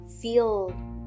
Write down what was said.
feel